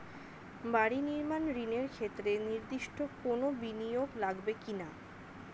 বাড়ি নির্মাণ ঋণের ক্ষেত্রে নির্দিষ্ট কোনো বিনিয়োগ লাগবে কি না?